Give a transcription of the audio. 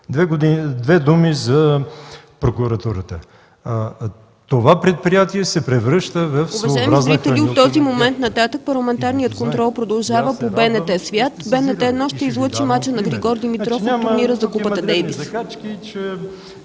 Две думи за прокуратурата. Това предприятие се превръща в своеобразна хранилка на